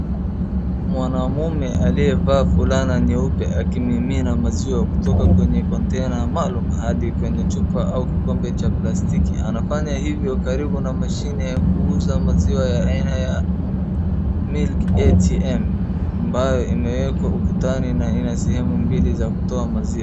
Mwanamume aliyevaa fulana nyeupe akimimina maziwa kutoka kwenye container maalum hadi kwenye chupa au kikombe cha plastiki. Anafanya hivyo karibu na mashine ya kuuza maziwa ya milk ATM ambayo imewekwa ukutani na inasehemu mbili za kutoa maziwa.